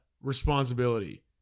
responsibility